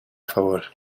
favor